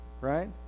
right